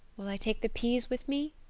will i take the peas with me?